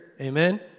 Amen